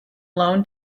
loan